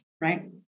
right